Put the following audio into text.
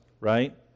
right